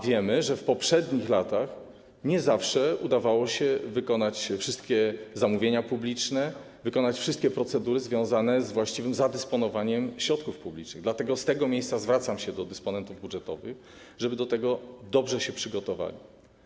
Wiemy, że w poprzednich latach nie zawsze udawało się wykonać wszystkie zamówienia publiczne, wykonać wszystkie procedury związane z właściwym zadysponowaniem środków publicznych, dlatego z tego miejsca zwracam się do dysponentów budżetowych o to, żeby dobrze się do tego przygotowali.